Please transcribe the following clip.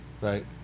Right